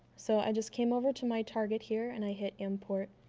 so i just came over to my target here and i hit import